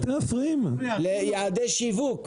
יעדי שיווק.